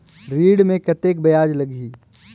ऋण मे कतेक ब्याज लगही?